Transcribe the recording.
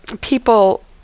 people